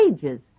pages